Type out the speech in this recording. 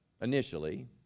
Initially